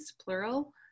plural